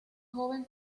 joven